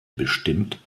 bestimmt